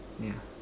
yeah